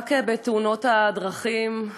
המאבק בתאונות הדרכים,